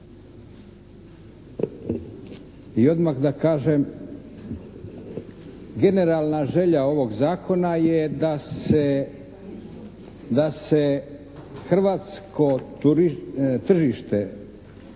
i odmah da kažem generalna želja ovog zakona je da se hrvatsko tržište